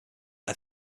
are